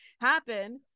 happen